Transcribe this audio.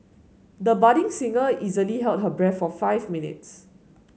the budding singer easily held her breath for five minutes